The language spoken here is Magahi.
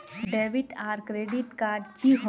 डेबिट आर क्रेडिट कार्ड की होय?